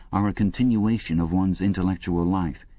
are a continuation of one's intellectual life,